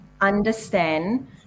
understand